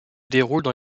déroulent